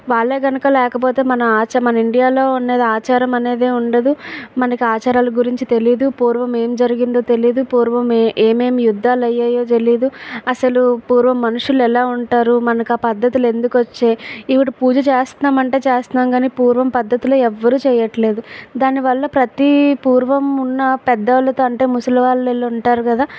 వాళ్ళు కనుక లేకపోతే మన ఆచ మన ఇండియాలో ఉన్న ఆచారం అనేది ఉండదు మనకి ఆచారాలు గురించి తెలియదు పూర్వం ఏం జరిగిందో తెలియదు పూర్వం ఏమేమి యుద్ధాలు అయ్యాయో తెలియదు అసలు పూర్వ మనుషులు ఎలా ఉంటారు మనకు ఆ పద్ధతులు ఎందుకు వచ్చాయి ఈవిధ పూజ చేస్తున్నాం అంటే చేస్తున్నాం కానీ పూర్వం పద్ధతులు ఎవ్వరు చేయట్లేదు దానివల్ల ప్రతీ పూర్వం ఉన్నపెద్ద వాళ్ళతో అంటే ముసలి వాళ్ళు వీళ్ళు ఉంటారు కదా